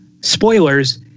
spoilers